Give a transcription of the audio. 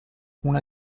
una